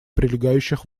прилегающих